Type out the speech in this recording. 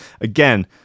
again